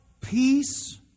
peace